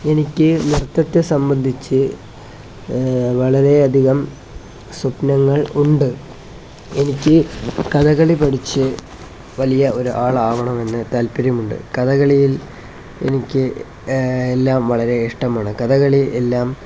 എനിക്ക് നൃത്തത്തെ സംബന്ധിച്ച് വളരെയധികം സ്വപ്നങ്ങൾ ഉണ്ട് എനിക്ക് കഥകളി പഠിച്ച് വലിയ ഒരാൾ ആവണമെന്ന് താൽപ്പര്യമുണ്ട് കഥകളിയിൽ എനിക്ക് എല്ലാം വളരെ ഇഷ്ടമാണ് കഥകളി എല്ലാം